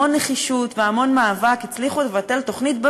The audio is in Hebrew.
המון נחישות והמון מאבק הצליחו לבטל תוכנית,